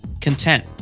content